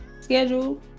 schedule